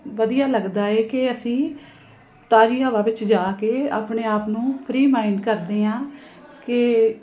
ਵਧੀਆ ਲੱਗਦਾ ਹੈ ਕਿ ਅਸੀਂ ਤਾਜ਼ੀ ਹਵਾ ਵਿੱਚ ਜਾ ਕੇ ਆਪਣੇ ਆਪ ਨੂੰ ਫਰੀ ਮਾਇੰਡ ਕਰਦੇ ਹਾਂ ਕਿ